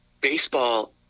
baseball